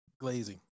Glazing